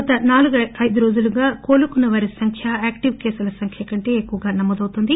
గత నాలుగు ఐదు రోజులుగా కొనుక్కున్న వారి సంఖ్య యాక్టివ్ కేసుల సంఖ్య కంటే ఎక్కువగా నమోదవుతోంది